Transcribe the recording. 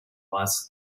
was